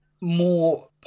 more